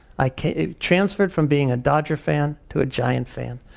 i transferred from being a dodger fan to a giant fan.